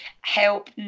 help